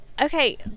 okay